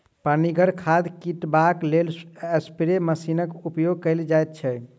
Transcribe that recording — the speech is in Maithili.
पनिगर खाद छीटबाक लेल स्प्रे मशीनक उपयोग कयल जाइत छै